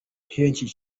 henshi